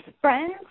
friends